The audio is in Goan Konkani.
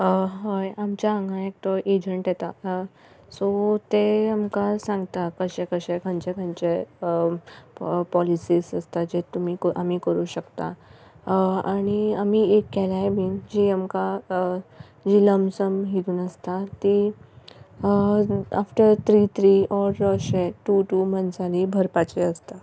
हय आमचे हांगा एकटो एजंट येता सो ते आमकां सांगता कशे कशे खंयचे खंयचे पॉलिसीज आसता जे तुमी आमी करूं शकता आनी आमी एक केल्याय बीन जी आमकां जी लंपसम हितून आसता ती आफ्टर थ्री थ्री ओर अशें टू टू मंथ्सांनी भरपाचें आसता